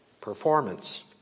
performance